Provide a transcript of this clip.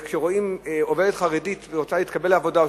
שכשרואים עובדת חרדית שרוצה להתקבל לעבודה,